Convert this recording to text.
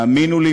האמינו לי,